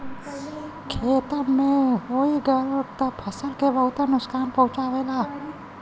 खेते में होई गयल त फसल के बहुते नुकसान पहुंचावेला